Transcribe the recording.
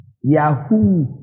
Yahoo